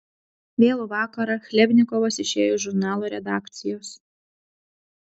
vėlų vakarą chlebnikovas išėjo iš žurnalo redakcijos